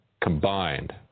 combined